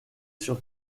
sur